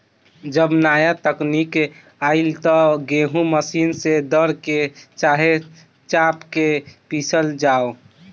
जब नाया तकनीक आईल त गेहूँ मशीन से दर के, चाहे चाप के पिसल जाव